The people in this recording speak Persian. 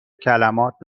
کلمات